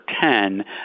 ten